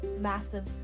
massive